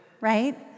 right